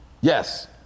Yes